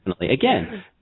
again